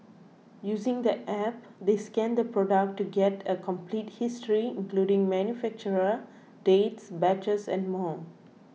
using the App they scan the product to get a complete history including manufacturer dates batches and more